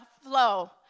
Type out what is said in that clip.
flow